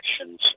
actions